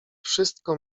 wszystko